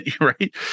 right